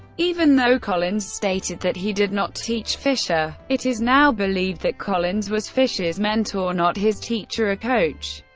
even though collins stated that he did not teach fischer. it is now believed that collins was fischer's mentor, not his teacher or coach.